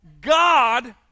God